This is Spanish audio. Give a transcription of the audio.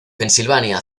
pensilvania